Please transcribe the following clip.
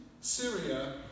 Syria